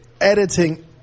editing